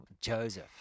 Joseph